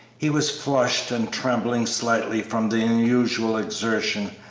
he was flushed and trembling slightly from the unusual exertion,